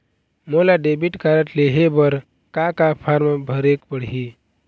मोला debit card लेहे बर का का फार्म भरेक पड़ही?